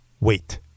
Wait